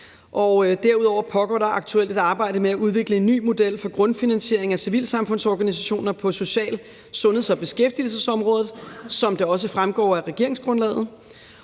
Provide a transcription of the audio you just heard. derudover pågår der aktuelt et arbejde med at udvikle en ny model for grundfinansiering af civilsamfundsorganisationer på social-, sundheds- og beskæftigelsesområdet, som det også fremgår af regeringsgrundlaget.